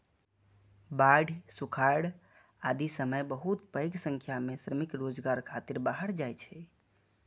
बाढ़ि, सुखाड़ आदिक समय बहुत पैघ संख्या मे श्रमिक रोजगार खातिर बाहर जाइ छै